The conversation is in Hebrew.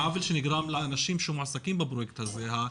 העוול שנגרם לאנשים שמועסקים בפרויקט הזה,